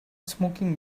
smoking